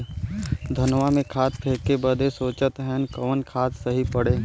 धनवा में खाद फेंके बदे सोचत हैन कवन खाद सही पड़े?